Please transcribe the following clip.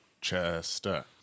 Chester